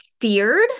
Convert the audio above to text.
feared